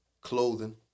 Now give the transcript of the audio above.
clothing